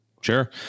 Sure